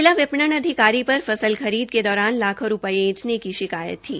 जिला विपणन अधिकारी पर फसल खरीद के दौरान लाखों रूपये ऐंठने की शिकायत थी